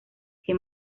que